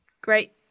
Great